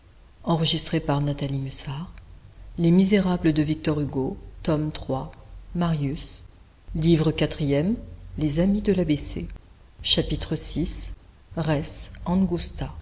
livre quatrième les amis de l'a b c chapitre i